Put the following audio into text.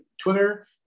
Twitter